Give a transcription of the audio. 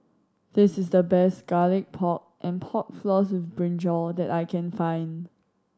this is the best Garlic Pork and Pork Floss with brinjal that I can find